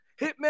Hitman